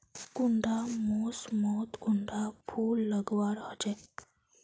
कुंडा मोसमोत कुंडा फुल लगवार होछै?